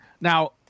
now